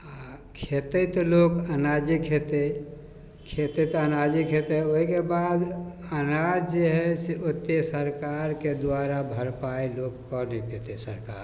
आओर खेतै तऽ लोक अनाजे खेतै खेतै तऽ अनाजे खेतै ओहिके बाद अनाज जे हइ से ओतेक सरकारके द्वारा भरपाइ लोकके नहि पेतै सरकार